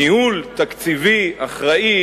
ניהול תקציבי אחראי,